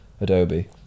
Adobe